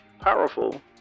Powerful